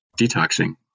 detoxing